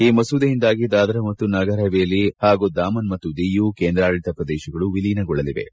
ಈ ಮಸೂದೆಯಿಂದಾಗಿ ದಾದ್ರಾ ಮತ್ತು ನಗರ್ ಹವೇಲಿ ಹಾಗೂ ದಾಮನ್ ಮತ್ತು ದಿಯು ಕೇಂದ್ರಾಡಳಿತ ಪ್ರದೇಶಗಳು ವಿಲೀನಗೊಳ್ಳಲಿವೆ